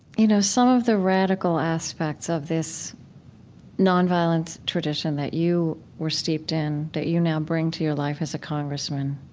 you know some of the radical aspects of this nonviolence tradition that you were steeped in, that you now bring to your life as a congressman